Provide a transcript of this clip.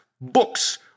books